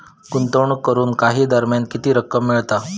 गुंतवणूक करून काही दरम्यान किती रक्कम मिळता?